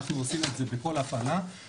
אנחנו עושים את זה בכל הפעלה.